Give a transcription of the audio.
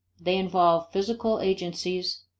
they involve physical agencies,